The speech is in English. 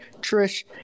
Trish